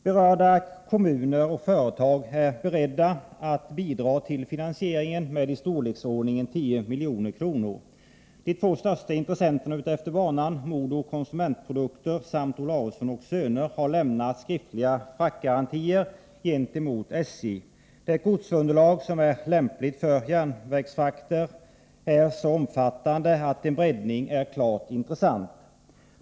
Berörda kommuner och företag är beredda att bidra till finansieringen med ca 10 milj.kr. De två största intressenterna utefter banan, MoDo Konsumentprodukter samt Olausson & Söner, har lämnat skriftliga fraktgarantier gentemot SJ. Det godsunderlag som är lämpligt för järnvägsfrakter är så omfattande att en breddning är klart intressant.